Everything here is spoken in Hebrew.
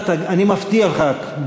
אני מבטיח לך,